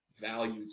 value